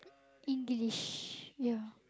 English yeah